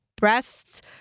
Breasts